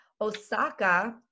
Osaka